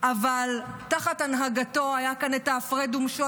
אבל תחת הנהגתו היה כאן ההפרד ומשול